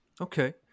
okay